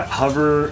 hover